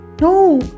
No